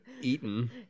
Eaten